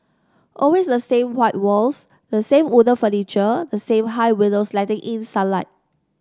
always the same white walls the same wooden furniture the same high windows letting in sunlight